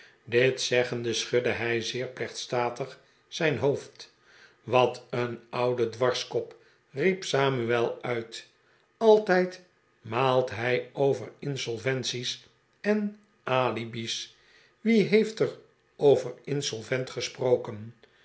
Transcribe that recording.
dit zcggende schudde hij zeer plechtstatig zijn hoofd wat een oude dwarskop riep samuel uit alt ijd maalt hij over insplventies en alibi's wie heeft er over insolvent gesproken